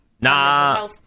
Nah